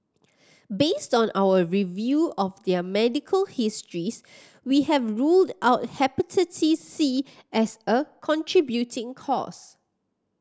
based on our review of their medical histories we have ruled out Hepatitis C as a contributing cause